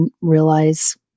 realize